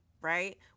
right